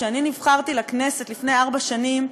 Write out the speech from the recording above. כשאני נבחרתי לפני ארבע שנים,